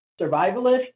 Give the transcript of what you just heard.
survivalist